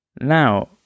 Now